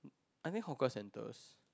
I mean hawker centers